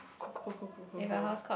cool cool cool cool cool cool cool